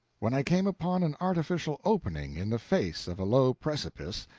when i came upon an artificial opening in the face of a low precipice,